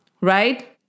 right